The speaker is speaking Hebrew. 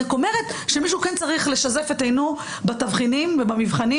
מישהו צריך לשזף את עינו בתבחינים ובמבחנים